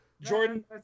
Jordan